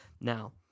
Now